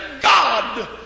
God